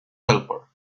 helper